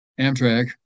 Amtrak